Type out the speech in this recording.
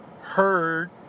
heard